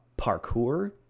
parkour